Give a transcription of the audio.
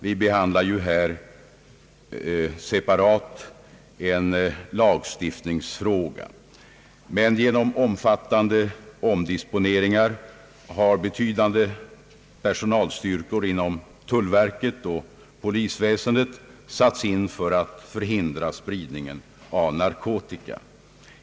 Vi behandlar här separat en lagstiftningsfråga. Genom omfattande omdisponeringar har betydande personalstyrkor inom tullverket och polisväsendet emellertid satts in för att förhindra spridningen av narkotika.